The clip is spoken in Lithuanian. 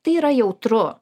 tai yra jautru